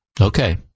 Okay